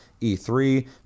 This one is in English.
E3